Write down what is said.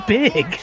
big